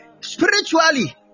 spiritually